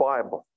Bible